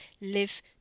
live